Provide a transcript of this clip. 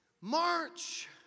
march